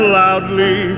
loudly